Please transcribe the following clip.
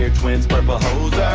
twins, purple hoser.